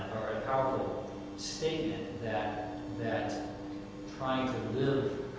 powerful statement that that trying to live